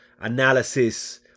analysis